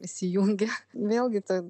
įsijungia vėlgi ta